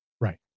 Right